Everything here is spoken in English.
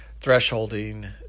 thresholding